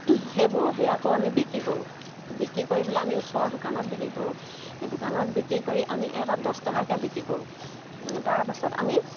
সেইবোৰো সেই আকৌ আমি বিক্ৰী কৰোঁ বিক্ৰী কৰি পেলাই আমি ওচৰৰ দোকানত বিক্ৰী কৰোঁ দোকানত বিক্ৰী কৰি আমি এটাত দছ টকাকৈ বিক্ৰী কৰোঁ তাৰপাছত আমি